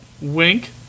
Wink